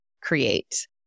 create